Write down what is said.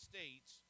States